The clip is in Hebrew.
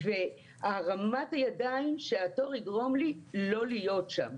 והרמת הידיים שהתור יגרום לי לא להיות שם.